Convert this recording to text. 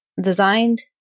designed